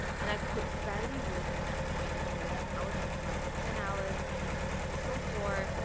and i could barely walk at that point because i was in a flight for ten hours and my legs were so sore,